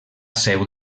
seu